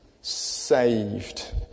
Saved